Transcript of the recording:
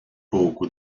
pouco